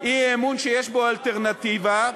אי-אמון שיש בו אלטרנטיבה,